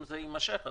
אם זה יימשך אז,